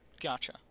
Gotcha